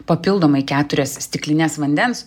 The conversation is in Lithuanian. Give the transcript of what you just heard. papildomai keturias stiklines vandens